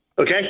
okay